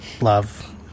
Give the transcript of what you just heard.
love